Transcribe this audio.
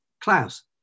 Klaus